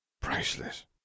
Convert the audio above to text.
Priceless